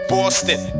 Boston